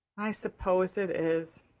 i suppose it is,